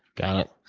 got it.